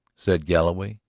said galloway.